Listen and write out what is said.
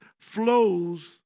flows